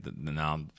now